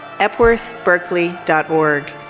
epworthberkeley.org